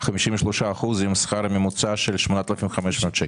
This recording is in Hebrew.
53% עם שכר ממוצע של 8,500 שקל.